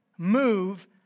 move